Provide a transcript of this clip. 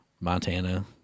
Montana